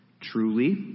Truly